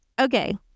okay